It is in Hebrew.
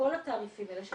כל התעריפים האלה של